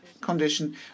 condition